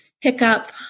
hiccup